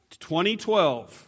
2012